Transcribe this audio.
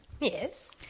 Yes